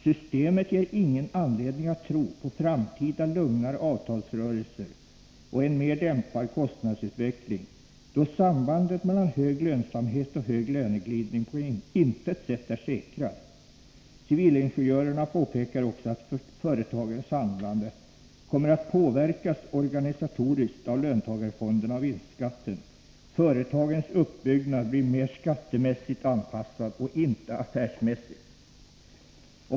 Systemet ger ingen anledning att tro på framtida lugnare avtalsrörelser och en mer dämpad kostnadsutveckling, då sambandet mellan hög lönsamhet och hög löneglidning på intet sätt är säkrat.” Civilingenjörerna påpekar också att företagens handlande kommer att påverkas organisatoriskt av löntagarfonderna och vinstskatten. Företagens uppbyggnad blir mer skattemässigt anpassad och inte affärsmässig.